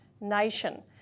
nation